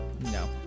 No